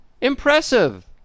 Impressive